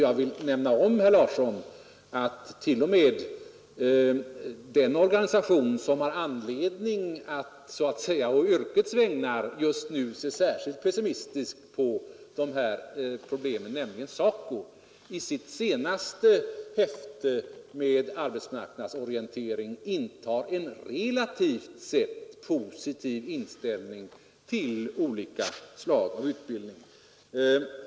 Jag vill nämna, herr Larsson, att t.o.m. den organisation som har anledning att så att säga på yrkets vägnar just nu se särskilt pessimistiskt på de här problemen, nämligen SACO, i sitt senaste häfte med arbetsmarknadsorientering visar en relativt positiv inställning till olika slag av utbildning.